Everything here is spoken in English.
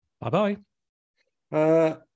Bye-bye